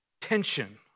tension